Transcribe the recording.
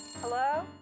Hello